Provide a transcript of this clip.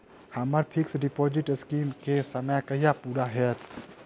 हम्मर fix deposit scheme केँ समय कहिया पूरा हैत?